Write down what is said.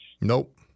Nope